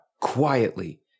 quietly